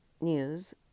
news